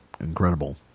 incredible